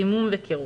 חימום וקירור.